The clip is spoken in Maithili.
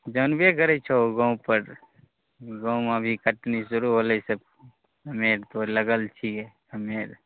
जनबे करै छौ गाँवपर गाँवमे अभी कटनी शुरु होले तऽ हमे तो लागल छियै हमे